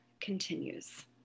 continues